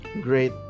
great